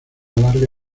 larga